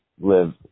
live